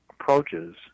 approaches